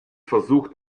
versucht